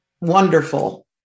wonderful